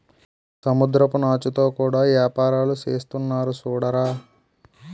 సముద్రపు నాచుతో కూడా యేపారాలు సేసేస్తున్నారు సూడరా